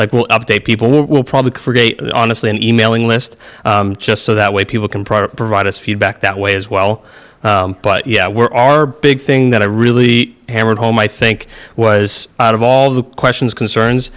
like we'll update people will probably create honestly emailing list just so that way people can provide us feedback that way as well but yeah we're our big thing that i really hammered home i think was out of all the questions concerns